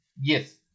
Yes